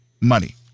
money